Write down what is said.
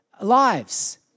lives